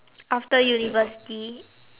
after university